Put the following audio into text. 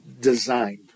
designed